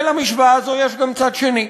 ולמשוואה הזו יש גם צד שני,